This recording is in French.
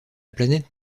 planète